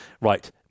Right